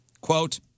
quote